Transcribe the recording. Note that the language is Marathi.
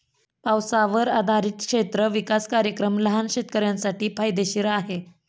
पावसावर आधारित क्षेत्र विकास कार्यक्रम लहान शेतकऱ्यांसाठी फायदेशीर आहे